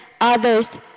others